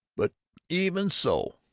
but even so,